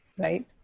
Right